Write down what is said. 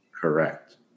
Correct